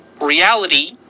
reality